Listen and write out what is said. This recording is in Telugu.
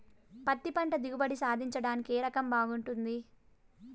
పత్తి పంట దిగుబడి సాధించడానికి ఏ రకం బాగుంటుంది?